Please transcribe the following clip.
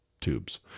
tubes